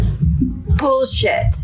bullshit